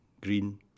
green